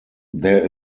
there